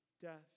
death